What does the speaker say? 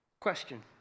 Question